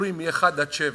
שסופרים מאחת עד שבע.